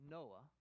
Noah